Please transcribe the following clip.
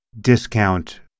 discount